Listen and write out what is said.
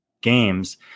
games